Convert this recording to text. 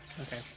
Okay